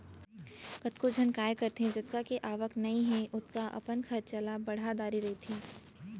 कतको झन काय करथे जतका के आवक नइ हे ओतका अपन खरचा ल बड़हा डरे रहिथे